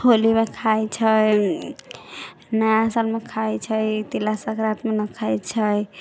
होलीमे खाइत छै नया सालमे खाइत छै तिला संक्रान्तिमे नहि खाइत छै